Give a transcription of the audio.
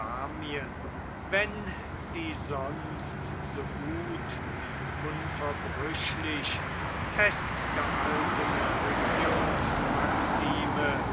wenn die sonst so gut wie unverbrüchlich festgehaltene